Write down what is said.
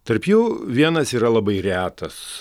tarp jų vienas yra labai retas